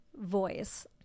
voice